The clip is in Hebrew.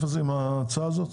עם ההצעה הזאת?